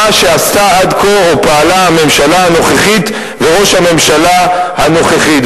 שעשתה עד כה או פעלה הממשלה הנוכחית וראש הממשלה הנוכחית.